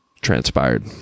transpired